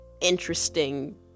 interesting